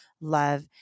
love